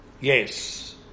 Yes